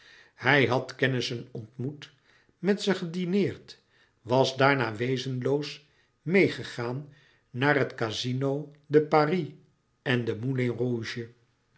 hij had kennissen ontmoet met ze gedineerd was daarna wezenloos meêgegaan naar het casino de paris en den moulin